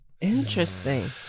Interesting